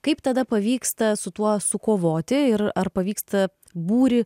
kaip tada pavyksta su tuo sukovoti ir ar pavyksta būrį